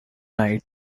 tonight